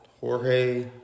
Jorge